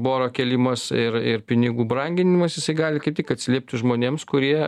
boro kėlimas ir ir pinigų branginimas jisai gali kaip tik atsiliepti žmonėms kurie